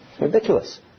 ridiculous